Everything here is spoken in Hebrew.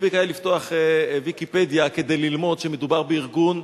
מספיק היה לפתוח "ויקיפדיה" כדי ללמוד שמדובר בארגון,